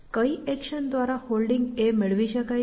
કઈ એક્શન દ્વારા Holding મેળવી શકાય છે